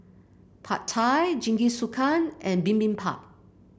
Pad Thai Jingisukan and Bibimbap